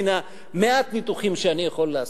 מן הניתוחים המעטים שאני יכול לעשות.